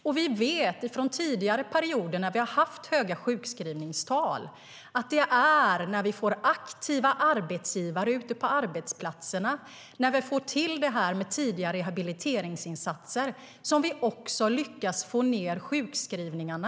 Och vi vet från tidigare perioder när vi har haft höga sjukskrivningstal att det är när vi får aktiva arbetsgivare ute på arbetsplatserna, när vi får till det med tidiga rehabiliteringsinsatser, som vi lyckas få ned sjukskrivningarna.